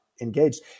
engaged